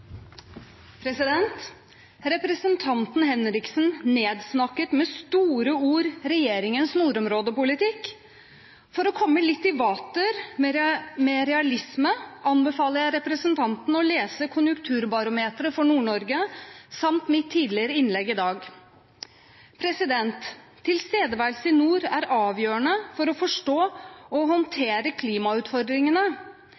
Representanten Henriksen nedsnakket med store ord regjeringens nordområdepolitikk. For å komme litt i vater med realisme anbefaler jeg representanten å lese konjunkturbarometeret for Nord-Norge samt mitt innlegg tidligere i dag. Tilstedeværelse i nord er avgjørende for å forstå og håndtere klimautfordringene.